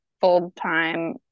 full-time